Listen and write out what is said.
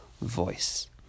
voice